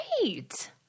Great